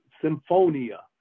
symphonia